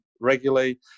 regularly